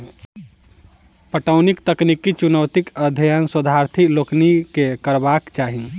पटौनीक तकनीकी चुनौतीक अध्ययन शोधार्थी लोकनि के करबाक चाही